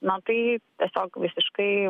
na tai tiesiog visiškai